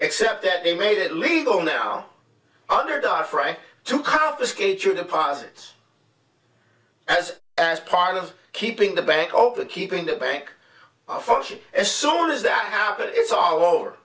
except that they made it legal now under doc's right to confiscate your deposits as part of keeping the bank open keeping the bank function as soon as that happens it's all over